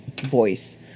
voice